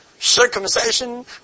circumcision